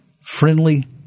friendly